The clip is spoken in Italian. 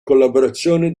collaborazione